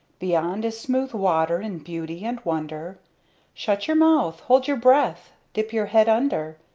beyond is smooth water in beauty and wonder shut your mouth! hold your breath! dip your head under!